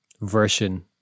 version